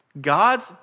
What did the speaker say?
God's